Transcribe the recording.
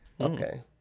Okay